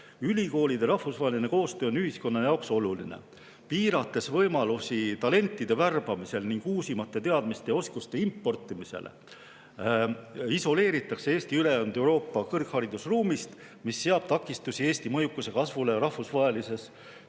"Ülikoolide rahvusvaheline koostöö on ühiskonna jaoks oluline. Piirates võimalusi talentide värbamisel ning uusimate teadmiste ja oskuste importimisel, isoleeritakse Eesti ülejäänud Euroopa kõrgharidusruumist, mis seab takistusi Eesti mõjukuse kasvule rahvusvahelises